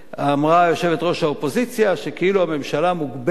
אמרה יושבת-ראש האופוזיציה שכאילו הממשלה מוגבלת